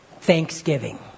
Thanksgiving